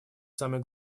самой